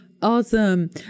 Awesome